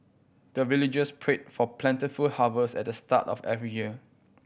the villagers pray for plentiful harvest at the start of every year